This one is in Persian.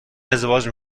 ازدواج